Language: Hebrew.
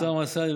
הוא מגיע.